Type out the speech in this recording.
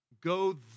go